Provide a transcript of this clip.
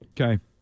Okay